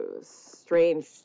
strange